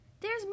There's